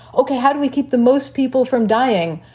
ok, how do we keep the most people from dying?